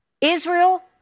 Israel